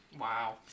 Wow